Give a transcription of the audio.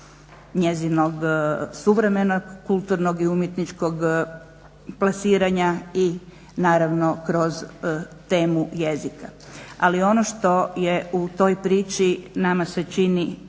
njezinog suvremenog, kulturnog i umjetničkog plasiranja i naravno kroz temu jezika. Ali ono što je u toj priči nama se čini